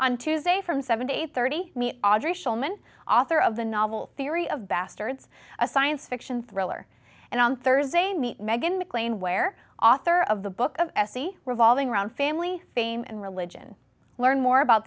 on tuesday from seven to eight hundred and thirty audrey showmen author of the novel theory of bastards a science fiction thriller and on thursday meet meghan mcclain where author of the book of s c revolving around family fame and religion learn more about